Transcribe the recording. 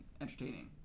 entertaining